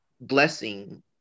blessing